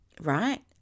right